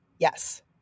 Yes